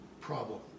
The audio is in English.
problem